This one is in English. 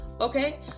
Okay